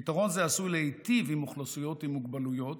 פתרון זה עשוי להיטיב עם אוכלוסיות עם מוגבלויות,